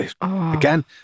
again